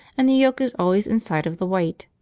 and the yolk is always inside of the white.